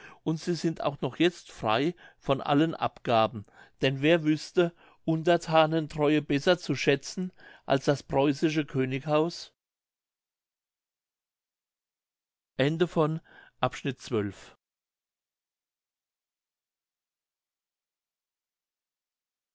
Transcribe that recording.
und sie sind auch noch jetzt frei von allen abgaben denn wer wüßte unterthanen treue besser zu schätzen als das preußische